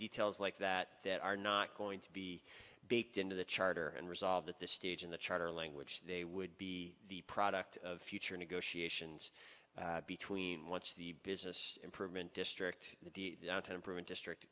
details like that that are not going to be baked into the charter and resolved at this stage in the charter language they would be the product of future negotiations between what's the business improvement district the temperament district